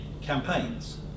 campaigns